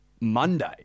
Monday